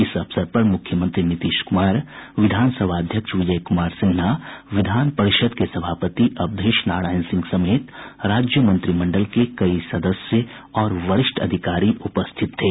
इस अवसर पर मुख्यमंत्री नीतीश कुमार विधानसभा अध्यक्ष विजय कुमार सिन्हा विधान परिषद् के सभापति अवधेश नारायण सिंह समेत राज्य मंत्रिमंडल के कई सदस्य और वरिष्ठ अधिकारी उपस्थित थे